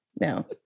no